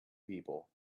people